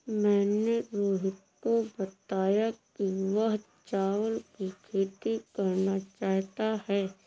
मैंने रोहित को बताया कि वह चावल की खेती करना चाहता है